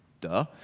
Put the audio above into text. Duh